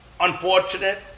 unfortunate